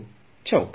ವಿದ್ಯಾರ್ಥಿ ಚೌಕ